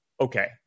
Okay